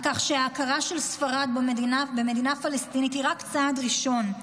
על כך שהכרה של ספרד במדינה פלסטינית היא רק צעד ראשון,